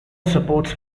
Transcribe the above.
supports